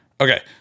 Okay